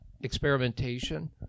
experimentation